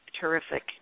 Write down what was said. terrific